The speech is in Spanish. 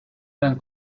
eran